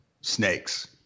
Snakes